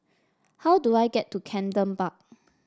how do I get to Camden Park